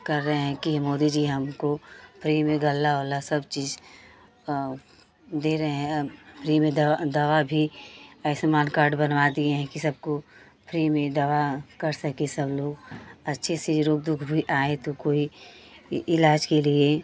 कर रहे हैं कि मोदी जी हमको फ्री में गल्ला ओल्ला सब चीज दे रहे हैं अब फ्री में दवा भी आयुष्मान कार्ड बनवा दिए हैं कि सबको फ्री में दवा कर सके सब लोग अच्छे से रोग दुख भी आए तो कोई इलाज के लिए